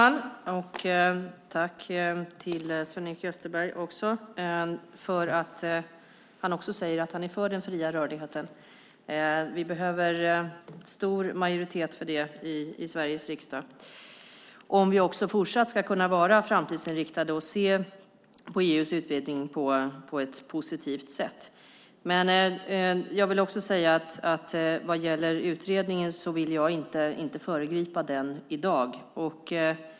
Herr talman! Jag tackar Sven-Erik Österberg för att han säger att han är för den fria rörligheten. Vi behöver stor majoritet för det i Sveriges riksdag om vi också fortsatt ska kunna vara framtidsinriktade och se på EU:s utvidgning på ett positivt sätt. Vad gäller utredningen vill jag inte föregripa den i dag.